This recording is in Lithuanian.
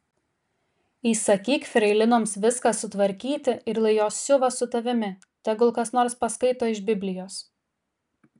įsakyk freilinoms viską sutvarkyti ir lai jos siuva su tavimi tegul kas nors paskaito iš biblijos